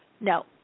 No